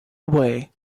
away